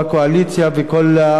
תודה רבה.